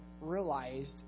realized